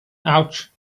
ouch